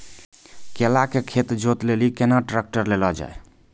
केला के खेत जोत लिली केना ट्रैक्टर ले लो जा?